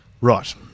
Right